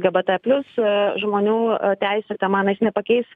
lgbt plius žmonių teisių tema na jis pakeis